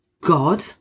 God